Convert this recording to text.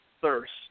thirst